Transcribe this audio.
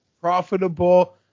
profitable